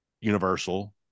Universal